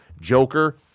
Joker